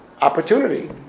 opportunity